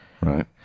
Right